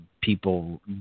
people